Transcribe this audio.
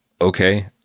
Okay